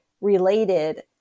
related